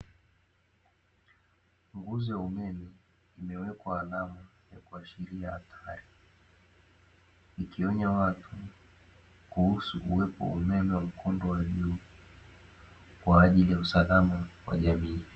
Nguzo ya umeme imewekwa alama ya kuashiria hatari. Ikionya watu kuhusu uwepo wa umeme wa mkondo wa juu, kwa ajili ya usalama wa jamii.